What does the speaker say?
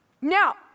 Now